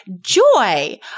Joy